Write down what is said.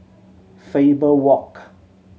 Faber Walk